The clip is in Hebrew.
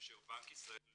ומה הבנק לא